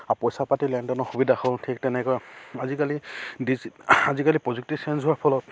পইচা পাতি লেনদেনৰ সুবিধা হ'ল ঠিক তেনেকৈ আজিকালি ডিজি আজিকালি প্ৰযুক্তি চেঞ্জ হোৱাৰ ফলত